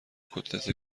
کتلت